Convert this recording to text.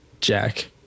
Jack